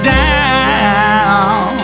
down